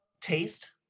taste